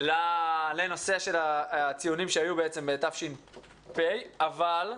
לנושא הציונים שהיו בתש"ף, אבל ,